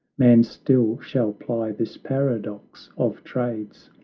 man still shall ply this paradox of trades,